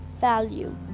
value